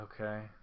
Okay